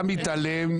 אתה מתעלם,